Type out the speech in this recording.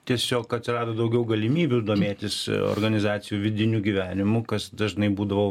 tiesiog atsirado daugiau galimybių domėtis organizacijų vidiniu gyvenimu kas dažnai būdavo